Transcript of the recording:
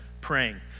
praying